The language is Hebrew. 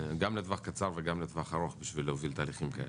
גם לטווח קצר וגם לטווח הארוך בשביל להוביל תהליכים כאלה.